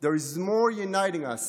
there is more uniting us